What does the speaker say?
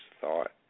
thought